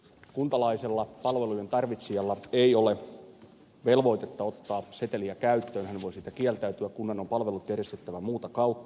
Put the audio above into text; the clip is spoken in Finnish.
kuntalaisella palvelujen tarvitsijalla ei ole velvoitetta ottaa seteliä käyttöön hän voi siitä kieltäytyä jolloin kunnan on järjestettävä palvelut muuta kautta